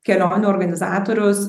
kelionių organizatorius